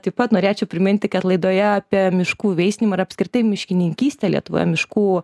taip pat norėčiau priminti kad laidoje apie miškų veisinimą ir apskritai miškininkystę lietuvoje miškų